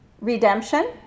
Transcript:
redemption